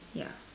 ya